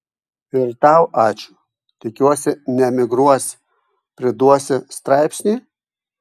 ir tau ačiū tikiuosi neemigruosi priduosi straipsnį